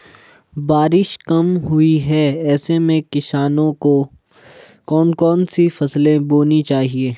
बारिश कम हुई है ऐसे में किसानों को कौन कौन सी फसलें बोनी चाहिए?